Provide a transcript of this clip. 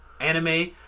anime